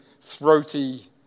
throaty